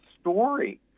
story